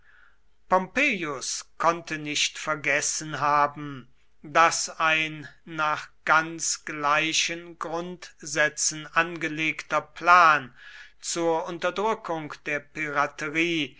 pompeius konnte nicht vergessen haben daß ein nach ganz gleichen grundsätzen angelegter plan zur unterdrückung der piraterie